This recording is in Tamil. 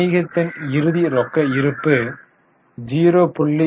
வணிகத்தின் இறுதி ரொக்க இருப்பு 0